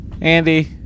Andy